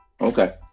Okay